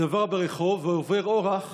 היא עברה ברחוב, ועובר אורח